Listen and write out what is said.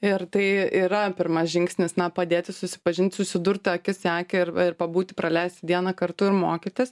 ir tai yra pirmas žingsnis na padėti susipažint susidurt akis į akį ir pabūti praleisti dieną kartu ir mokytis